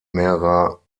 mehrerer